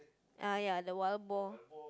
uh ya the wild boar